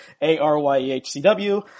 A-R-Y-E-H-C-W